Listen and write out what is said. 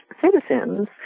citizens